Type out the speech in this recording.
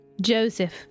Joseph